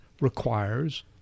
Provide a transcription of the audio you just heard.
requires